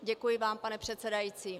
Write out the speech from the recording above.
Děkuji vám, pane předsedající.